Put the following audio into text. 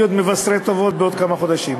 כדי שנוכל להיות מבשרי טובות בעוד כמה חודשים.